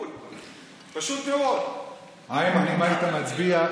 אל תאמין לליכוד,